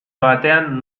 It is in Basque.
batean